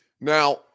Now